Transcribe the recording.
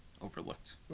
overlooked